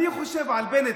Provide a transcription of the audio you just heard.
אני חושב על בנט,